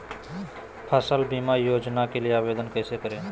फसल बीमा योजना के लिए आवेदन कैसे करें?